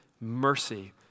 mercy